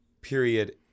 period